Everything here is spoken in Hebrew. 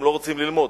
הם לא רוצים ללמוד.